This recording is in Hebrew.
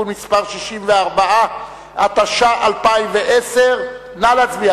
התש"ע 2010. נא להצביע,